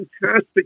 fantastic